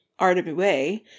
RWA